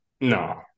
No